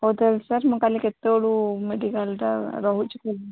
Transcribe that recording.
ହଉ ତା'ହେଲେ ସାର୍ ମୁଁ କାଲି କେତେବେଳୁ ମେଡ଼ିକାଲ୍ଟା ରହୁଛି